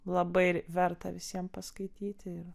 labai verta visiem paskaityti ir